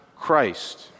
Christ